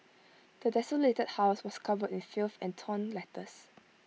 the desolated house was covered in filth and torn letters